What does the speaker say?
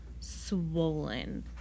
swollen